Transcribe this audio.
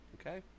Okay